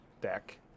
deck